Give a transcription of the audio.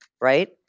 right